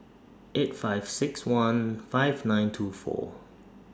eight five six one five nine two four